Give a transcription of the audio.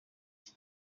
bye